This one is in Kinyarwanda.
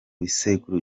bisekuru